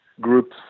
groups